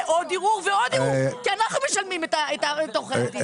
עוד ערעור ועוד ערעור כי אנחנו משלמים את עורכי הדין.